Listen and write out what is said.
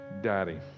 Daddy